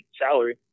salary